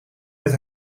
met